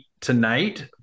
tonight